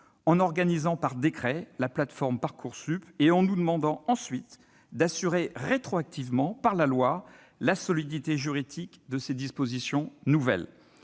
en organisant par décret la plateforme Parcoursup et nous demandant ensuite d'assurer rétroactivement, par la loi, la solidité juridique de ces dispositions nouvelles.